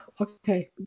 Okay